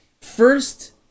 first